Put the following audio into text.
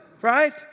right